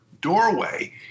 doorway